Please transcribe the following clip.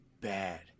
bad